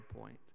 point